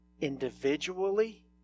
individually